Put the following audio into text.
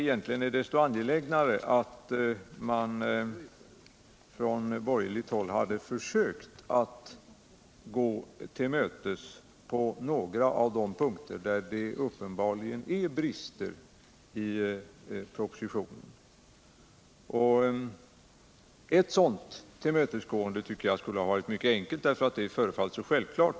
Men då hade det varit desto angelägnare att man från borgerligt håll hade försökt att gå oss till mötes på några av de punkter där det uppenbarligen föreligger brister i propositionen. Ett sådant tillmötesgående skulle ha varit mycket enkelt, därför att det förefaller så självklart.